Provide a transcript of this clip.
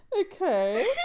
Okay